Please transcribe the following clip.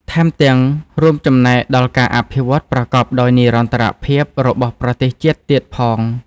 ថែមទាំងរួមចំណែកដល់ការអភិវឌ្ឍប្រកបដោយនិរន្តរភាពរបស់ប្រទេសជាតិទៀតផង។